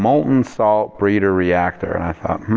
molten salt breeder reactor and i thought hmmm.